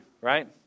right